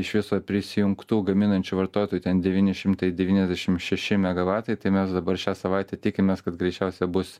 iš viso prisijungtų gaminančių vartotojų ten devini šimtai devyniasdešimt šeši megavatai tai mes dabar šią savaitę tikimės kad greičiausiai bus